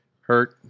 hurt